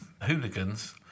hooligans